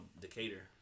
Decatur